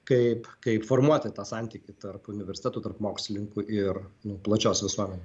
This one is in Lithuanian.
kaip kaip formuoti tą santykį tarp universitetų tarp mokslininkų ir nu plačios visuomenės